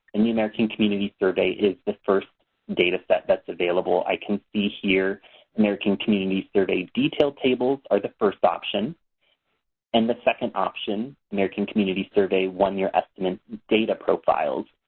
and the american community survey is the first data set that's available. i can see here american community survey detail tables are the first option in and the second option, american community survey one-year estimate data profiles,